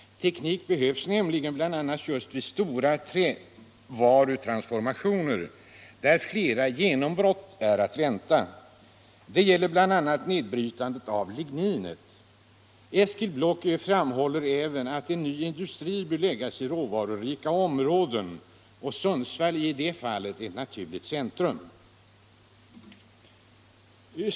Teknik behövs nämligen bl.a. just vid stora trävarutransformationer, där flera genombrott är att vänta. Detta gäller bl.a. nedbrytandet av ligninet. Eskil Block framhåller även att ny industri bör läggas i råvarurika områden. Sundsvall är i det fallet ett naturligt centrum.